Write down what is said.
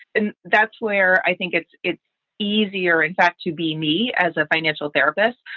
and that's where i think it's it's easier, in fact, to be me as a financial therapist,